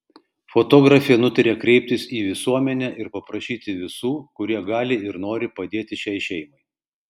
fotografė nutarė kreiptis į visuomenę ir paprašyti visų kurie gali ir nori padėti šiai šeimai